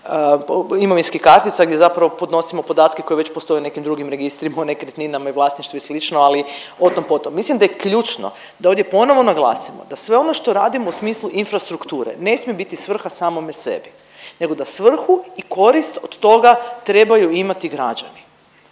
imovinskih kartica gdje zapravo podnosimo podatke koje već postoje u nekim drugim registrima, u nekretninama i vlasništvu i slično, ali o tom-potom. Mislim da je ključno da ovdje ponovo naglasimo da sve ono što radimo u smislu infrastrukture ne smije biti svrha samome sebi nego da svrhu i korist od toga trebaju imati građani.